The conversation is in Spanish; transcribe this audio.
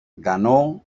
ganó